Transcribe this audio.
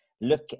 look